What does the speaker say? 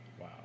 Wow